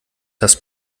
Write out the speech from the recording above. das